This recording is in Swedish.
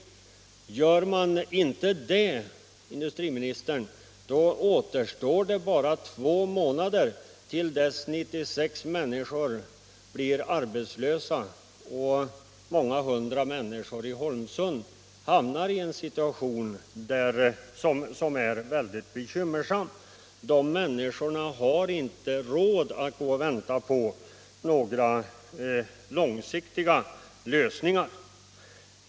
Om man inte tar tillbaka varslen återstår, herr industriminister, bara två månader till dess att 96 människor i Holmsund blir arbetslösa och många hundra hamnar i en situation som är väldigt bekymmersam. Dessa människor har inte råd att gå och vänta på några långsiktiga lösningar.